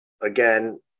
again